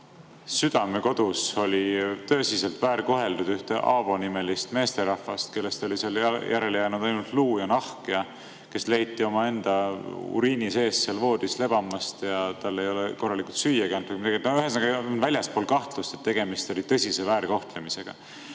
Südamekodus oli tõsiselt väärkoheldud ühte Aavo-nimelist meesterahvast, kellest oli seal järele jäänud ainult luu ja nahk ja kes leiti omaenda uriini sees seal voodis lebamast. Talle ei olnud korralikult süüagi antud. Ühesõnaga on väljaspool kahtlust, et tegemist oli tõsise väärkohtlemisega.